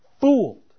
fooled